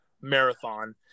marathon